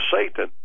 Satan